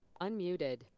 Unmuted